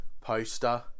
poster